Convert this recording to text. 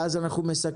ואז אנחנו מסכמים.